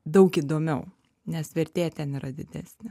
daug įdomiau nes vertė ten yra didesnė